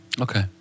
Okay